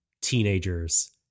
teenagers